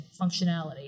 functionality